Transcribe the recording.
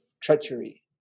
treachery